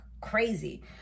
crazy